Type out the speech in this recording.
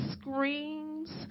screams